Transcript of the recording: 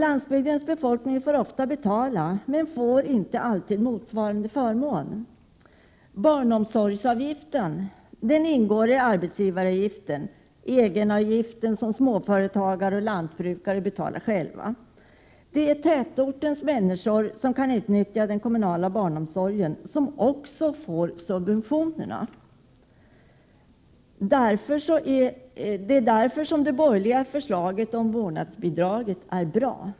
Landsbygdens befolkning får ofta betala, men får inte alltid motsvarande förmån. Barnomsorgsavgiften ingår i arbetsgivaravgiften — den egenavgift som småföretagere och lantbrukare betalar själva. Tätortens människor, som kan utnyttja den kommunala barnomsorgen, får också subventionerna. Därför är det borgerliga förslaget om vårdnadsbidrag bra.